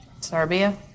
Serbia